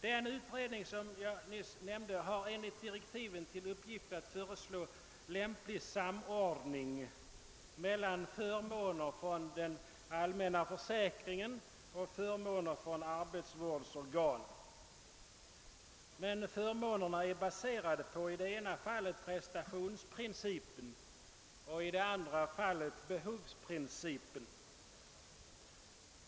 Den utredning, som jag nyss nämnde, har enligt direktiven till uppgift att föreslå lämplig samordning mellan förmåner från den allmänna försäkringskassan och förmåner från arbetsvårdsorgan. Men förmånerna är baserade på i ena fallet prestationsprincipen och i det andra fallet behovsprincipen.